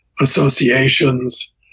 associations